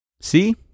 See